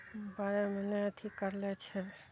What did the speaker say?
बारेमे नहि अथी करले छै